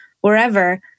wherever